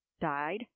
Died